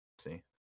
See